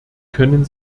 können